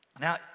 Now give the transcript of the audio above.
Now